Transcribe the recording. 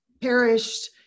perished